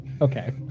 Okay